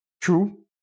True